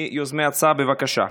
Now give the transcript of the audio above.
מיוזמי ההצעה, בבקשה.